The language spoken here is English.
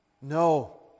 No